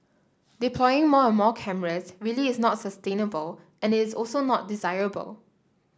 deploying more and more cameras really is not sustainable and it's also not desirable